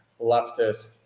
leftist